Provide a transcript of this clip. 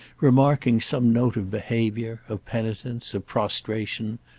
remarking some note of behaviour, of penitence, of prostration,